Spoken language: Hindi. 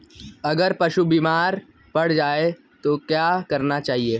अगर पशु बीमार पड़ जाय तो क्या करना चाहिए?